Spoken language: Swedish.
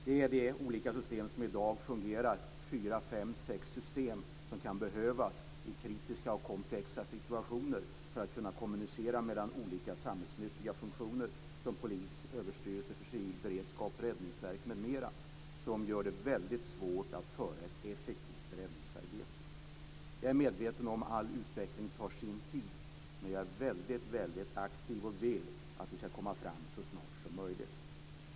Det är de fyra-sex system som i dag fungerar som kan behövas i kritiska och komplexa situationer för att man ska kunna kommunicera mellan olika samhällsnyttiga funktioner såsom polis, överstyrelse för civil beredskap, räddningsverk m.m. Som det är i dag är det väldigt svårt att utföra ett effektivt räddningsarbete. Jag är medveten om att all utveckling tar sin tid, men jag vill att vi ska komma fram så snart som möjligt.